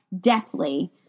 deathly